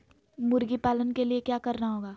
मुर्गी पालन के लिए क्या करना होगा?